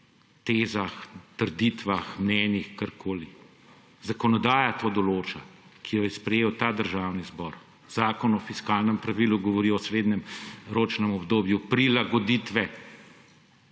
tezah, trditvah, mnenjih, karkoli! Zakonodaja to določa, ki jo je sprejel ta državni zbor. Zakon o fiskalnem pravilu govori o srednjeročnem obdobju prilagoditve.